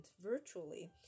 virtually